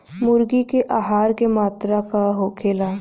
मुर्गी के आहार के मात्रा का होखे?